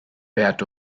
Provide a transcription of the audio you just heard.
bert